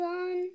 on